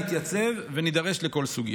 נתייצב ונידרש לכל סוגיה.